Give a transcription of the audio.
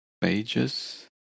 pages